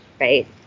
right